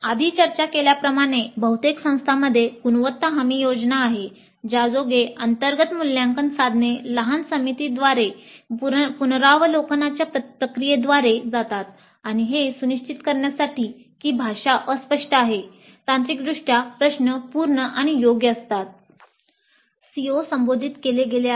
आधी चर्चा केल्याप्रमाणे बहुतेक संस्थांमध्ये गुणवत्ता हमी योजना आहे ज्यायोगे अंतर्गत मूल्यांकन साधने लहान समितीद्वारे पुनरावलोकनाच्या प्रक्रियेद्वारे जातात हे सुनिश्चित करण्यासाठी की भाषा अस्पष्ट आहे तांत्रिकदृष्ट्या प्रश्न पूर्ण आणि योग्य आहेत CO संबोधित केले गेले आहेत